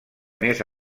més